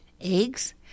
eggs